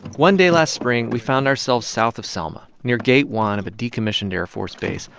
one day last spring, we found ourselves south of selma, near gate one of a decommissioned air force base,